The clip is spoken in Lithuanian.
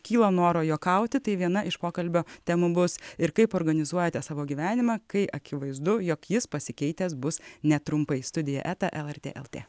kyla noro juokauti tai viena iš pokalbio temų bus ir kaip organizuojate savo gyvenimą kai akivaizdu jog jis pasikeitęs bus netrumpai studija eta lrt lt